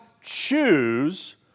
choose